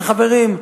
וחברים,